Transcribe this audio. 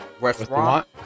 Restaurant